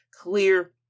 clear